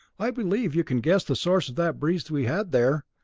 i believe you can guess the source of that breeze we had there?